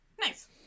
nice